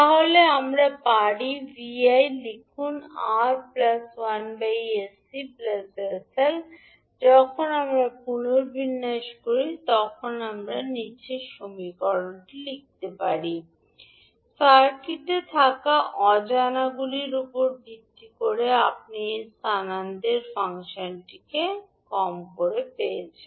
তাহলে আমরা পারি 𝑉𝑖 লিখুন 𝑅 1𝑠𝐶 𝑠𝐿 যখন আমরা পুনর্বিন্যাস করি আপনি কেবল লিখতে পারেন সার্কিটে থাকা অজানাগুলির উপর ভিত্তি করে এখন আপনি এই স্থানান্তর ফাংশনটি কম পেয়েছেন